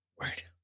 Right